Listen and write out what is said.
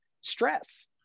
stress